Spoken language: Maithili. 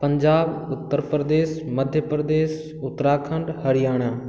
पञ्जाब उत्तर प्रदेश मध्यप्रदेश उत्तराखण्ड हरियाणा